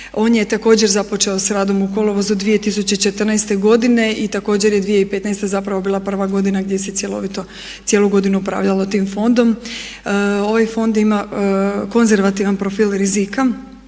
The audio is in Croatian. On je također započeo s radom u kolovozu 2014.godine i također je 2015. zapravo bila prva godina gdje se cjelovito, cijelu godinu upravljalo tim fondom. Ovaj fond ima konzervativan profil rizika